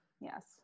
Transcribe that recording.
Yes